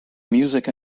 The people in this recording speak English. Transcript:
music